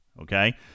Okay